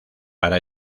para